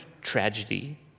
tragedy